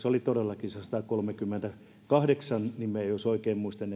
oli todellakin se satakolmekymmentäkahdeksan nimeä jos oikein muistan